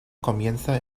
comienza